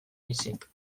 baizik